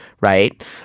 right